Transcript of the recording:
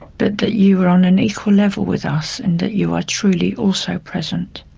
but that you are on an equal level with us and that you are truly also present.